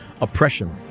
oppression